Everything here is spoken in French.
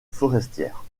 forestière